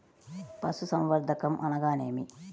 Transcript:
పశుసంవర్ధకం అనగానేమి?